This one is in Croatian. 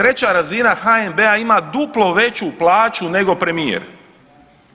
3. razina HNB-a ima duplo veću plaću nego premijer